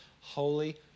holy